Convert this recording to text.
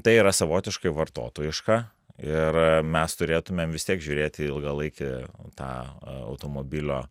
tai yra savotiškai vartotojiška ir mes turėtumėm vis tiek žiūrėt į ilgalaikį tą a automobilio